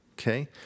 okay